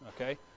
Okay